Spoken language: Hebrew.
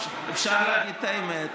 אפשר להגיד את האמת.